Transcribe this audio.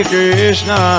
Krishna